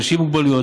אנשים עם מוגבלות,